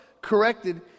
corrected